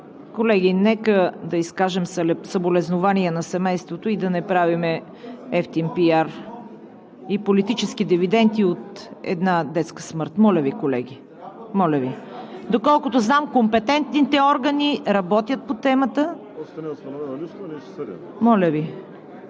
Колеги, нека да изкажем съболезнования на семейството и да не правим евтин пиар – политически дивиденти от една детска смърт. (Шум и реплики.) Моля Ви, колеги! Доколкото знам, компетентните органи работят по темата.